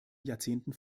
jahrzehnten